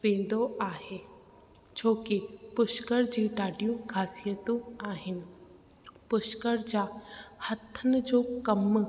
वेंदो आहे छोकी पुष्कर जी ॾाढियूं ख़ासियतूं आहिनि पुष्कर जा हथनि जो कमु